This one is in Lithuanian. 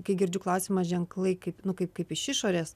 kai girdžiu klausimą ženklai kaip nu kaip kaip iš išorės